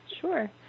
Sure